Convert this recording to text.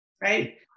right